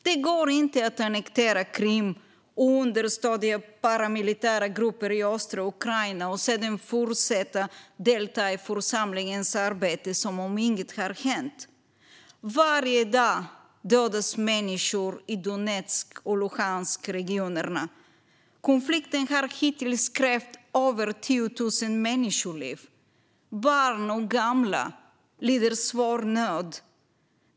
Det går inte att annektera Krim och understödja paramilitära grupper i östra Ukraina och sedan fortsätta delta i församlingens arbete som om inget har hänt. Varje dag dödas människor i Donetsk och Luhanskregionerna. Konflikten har hittills krävt över 10 000 människoliv. Barn och gamla lider svår nöd.